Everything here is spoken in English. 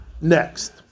Next